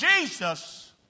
Jesus